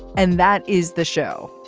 and that is the show.